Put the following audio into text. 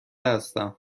هستم